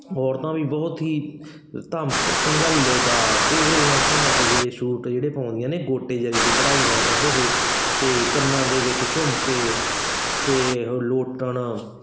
ਔਰਤਾਂ ਵੀ ਬਹੁਤ ਹੀ ਧਮਕ ਤਮੜਲੇਦਾਰ ਪੂਰੇ ਘੈਂਟ ਜਿਹੜੇ ਸੂਟ ਜਿਹੜੇ ਪਾਉਂਦੀਆਂ ਨੇ ਗੋਟੇ ਜੜੇ ਦੇ ਕਢਾਈ ਨਾਲ ਕੱਢੇ ਹੋਏ ਅਤੇ ਕੰਨਾਂ ਦੇ ਵਿੱਚ ਝੁਮਕੇ ਅਤੇ ਲੋਟਣ